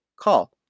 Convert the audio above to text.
call